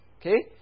Okay